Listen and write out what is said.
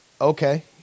Okay